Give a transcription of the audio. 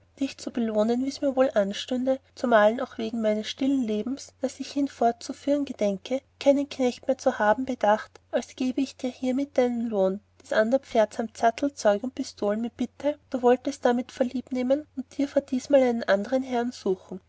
dich zu belohnen wie mirs wohl anstünde zumalen auch wegen meines stillen lebens das ich hinfort zu führen gedenke keinen knecht mehr zu haben bedacht als gebe ich dir hiemit vor deinen lohn das ander pferd samt sattel zeug und pistolen mit bitte du wollest damit vorliebnehmen und dir vor diesmal einen andern herrn suchen